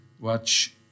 watch